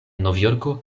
novjorko